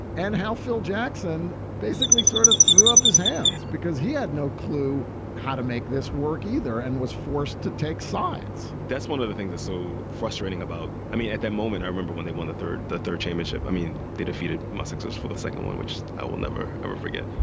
and how phil jackson basically sort of threw up his hands because he had no clue how to make this work either and was forced to take sides that's one of the things that's so frustrating about. i mean, at that moment, i remember when they won the third the third chairmanship. chairmanship. i mean, they defeated my success for the second one, which i will never, ever forget.